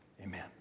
Amen